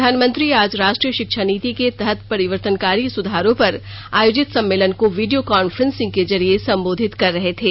प्रधानमंत्री आज राष्ट्रीय शिक्षा नीति के तहत परिवर्तनकारी सुधारों पर आयोजित सम्मेलन को विडियो कांफ्रेंसिंग के जरिये संबोधित कर रहे थे